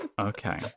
Okay